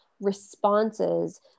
responses